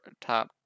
top